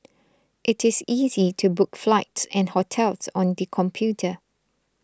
it is easy to book flights and hotels on the computer